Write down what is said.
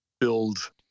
build